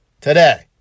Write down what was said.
today